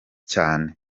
cyane